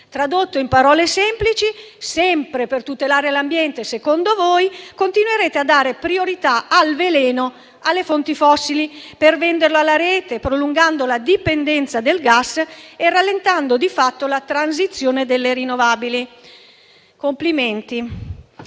Tradotto in parole semplici, sempre per tutelare l'ambiente - secondo voi - continuerete a dare priorità al veleno (cioè alle fonti fossili) per venderlo alla rete, prolungando la dipendenza dal gas e rallentando di fatto la transizione verso le rinnovabili. Complimenti!